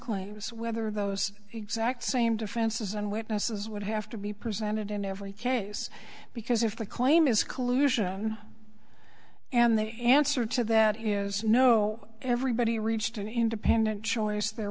was whether those exact same defenses and witnesses would have to be presented in every case because if the claim is collusion and the answer to that is no everybody reached an independent choice there